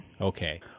Okay